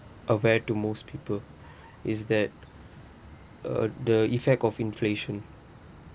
aware to most people is that uh the effect of inflation